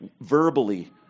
verbally